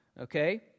Okay